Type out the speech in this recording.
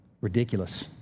ridiculous